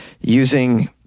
using